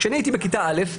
כשאני הייתי בכיתה א',